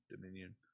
dominion